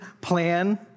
plan